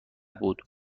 بود